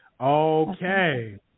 Okay